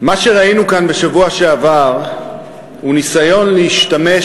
מה שראינו כאן בשבוע שעבר הוא ניסיון להשתמש